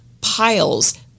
piles